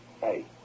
Hey